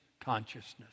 consciousness